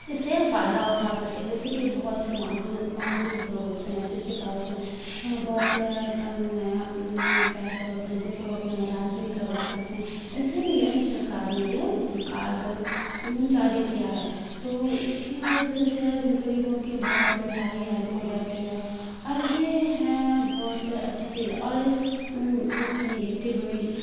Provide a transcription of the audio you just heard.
جس سے ہم فائدہ اٹھا سکے جیسے کہ بہت سے معذور لوگ ہوتے ہیں جس کے پاس بہت کم پیسے ہوتے ہیں جس سے وہ اپنا علاج نہیں کروا سکتے ہیں اسی لیے سرکار نے یہ کارڈ جاری کیا ہے تو اس کے وجہ سے غریبوں کی بہت ساری ہیلپ ہو جاتی ہے اور یہ ہے بہت اچھی چیز اور اس مطلب کہ نگیٹیو